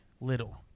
Little